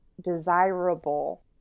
desirable